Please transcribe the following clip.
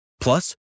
Plus